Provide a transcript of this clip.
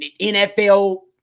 NFL